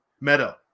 Meadow